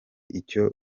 icyo